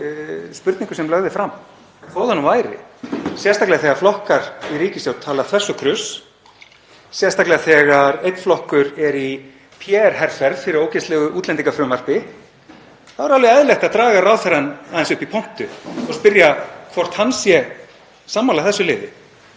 spurningu sem lögð er fram, þó það nú væri, sérstaklega þegar flokkar í ríkisstjórn tala þvers og kruss, sérstaklega þegar einn flokkur er hér í PR-herferð fyrir ógeðslegu útlendingafrumvarpi. Þá er alveg eðlilegt að draga ráðherrann aðeins upp í pontu og spyrja hvort hann sé sammála þessu liði.